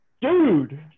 dude